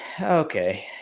Okay